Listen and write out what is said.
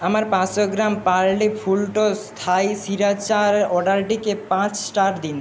আমার পাঁচশো গ্রাম Parle full toss Thai sriracha অর্ডারটিকে পাঁচ স্টার দিন